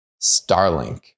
Starlink